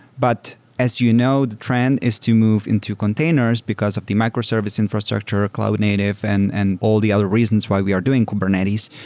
but as you know, the trend is to move into containers because of the microservice infrastructure, cloud native and and all the other reasons why we are doing kubernetes.